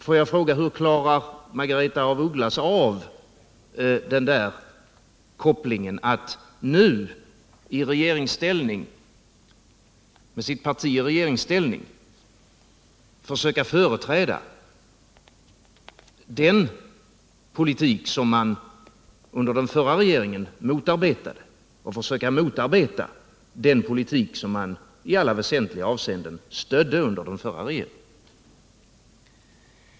Får jag fråga: Hur klarar Margaretha af Ugglas av den omkopplingen — att nu, med sitt parti i regeringsställning, försöka företräda den politik som man under den förra regeringen motarbetade, och försöka motarbeta den politik man i alla väsentliga avseenden stödde under den förra regeringen?